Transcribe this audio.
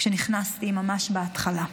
כשנכנסתי ממש בהתחלה.